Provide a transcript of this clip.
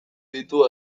ditu